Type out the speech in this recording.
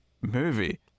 movie